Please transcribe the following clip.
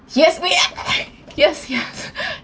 yes yes yes